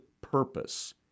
purpose